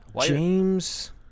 James